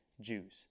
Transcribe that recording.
Jews